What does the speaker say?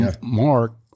Mark